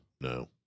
No